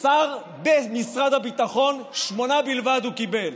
השר במשרד הביטחון, שמונה בלבד הוא קיבל.